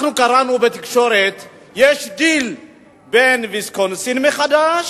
אנחנו קראנו בתקשורת שיש דיל בין, ויסקונסין מחדש,